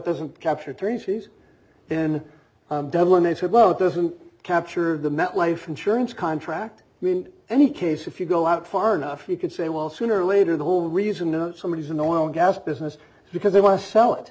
doesn't capture three issues then when they said well it doesn't capture the met life insurance contract mean any case if you go out far enough you could say well sooner or later the whole reason no somebody is in oil and gas business because they want to sell it